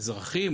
זה אזרחים,